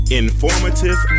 informative